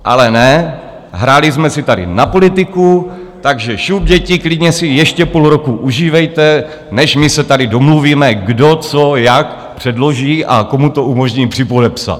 Ale ne, hráli jsme si tady na politiku, takže šup, děti, klidně si ještě půl roku užívejte, než my se tady domluvíme, kdo, co, jak předloží a komu to umožní připodepsat.